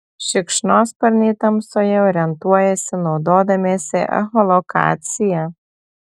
šikšnosparniai tamsoje orientuojasi naudodamiesi echolokacija